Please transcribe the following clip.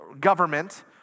government